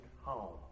home